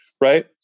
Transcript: right